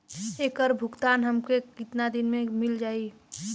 ऐकर भुगतान हमके कितना दिन में मील जाई?